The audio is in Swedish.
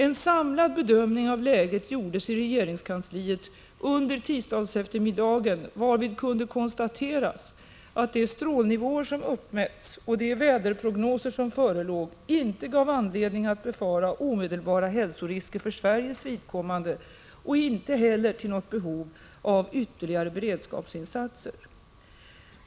En samlad bedömning av läget gjordes i regeringskansliet under tisdagseftermiddagen, varvid kunde konstateras att de strålnivåer som uppmätts och de väderprognoser som förelåg inte gav anledning att befara omedelbara hälsorisker för Sveriges vidkommande och inte heller visade på något behov av ytterligare beredskapsinsatser.